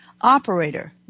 operator